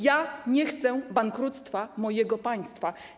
Ja nie chcę bankructwa mojego państwa.